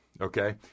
Okay